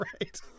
Right